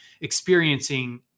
experiencing